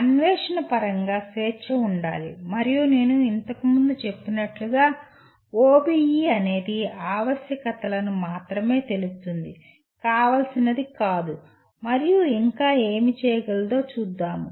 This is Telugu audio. అన్వేషణ పరంగా స్వేచ్ఛ ఉండాలి మరియు నేను ఇంతకుముందు చెప్పినట్లుగా OBE అనేది ఆవశ్యకతలను మాత్రమే తెలుపుతుంది 'కావాల్సినది' కాదు మరియు ఇంకా ఏమి చేయగలదో చూద్దాము